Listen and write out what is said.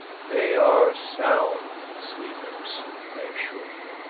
they are sound sleepers, i assure you.